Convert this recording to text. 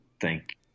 thank